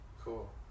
Cool